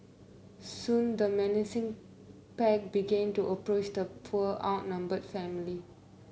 soon the menacing pack began to approach the poor outnumber family